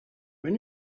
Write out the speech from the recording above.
when